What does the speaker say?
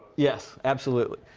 yes, absolutely.